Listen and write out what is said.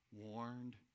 warned